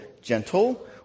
gentle